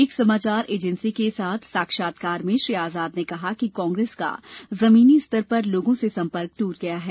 एक समाचार एजेंसी के साथ साक्षात्कार में श्री आजाद ने कहा कि कांग्रेस का जमीनी स्तर पर लोगों से संपर्क टूट गया है